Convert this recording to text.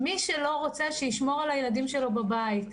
מי שלא רוצה שישמור על הילדים שלו בבית.